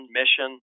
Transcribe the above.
mission